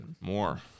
more